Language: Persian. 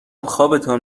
خوابتان